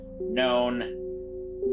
known